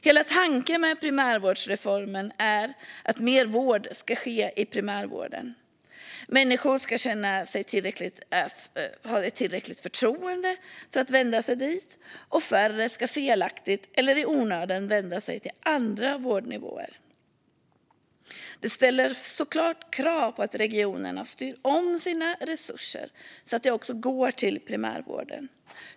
Hela tanken med primärvårdsreformen är att mer vård ska ske i primärvården. Människor ska känna tillräckligt förtroende för att vända sig dit, och färre ska felaktigt eller i onödan vända sig till andra vårdnivåer. Detta ställer såklart krav på att regionerna styr om sina resurser så att de också går till primärvården.